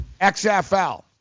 XFL